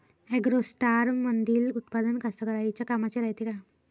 ॲग्रोस्टारमंदील उत्पादन कास्तकाराइच्या कामाचे रायते का?